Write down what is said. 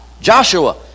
Joshua